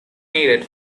needed